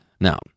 Now